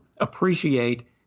appreciate